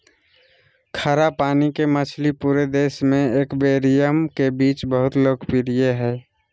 खारा पानी के मछली पूरे देश में एक्वेरियम के बीच बहुत लोकप्रिय हइ